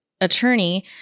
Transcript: attorney